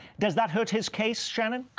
does that hurt his case, shannon?